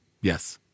Yes